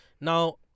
Now